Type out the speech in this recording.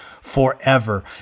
forever